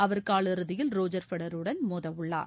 அவர் காலிறுதியில் ரோஜர் ஃபெரருடன் மோதவுள்ளார்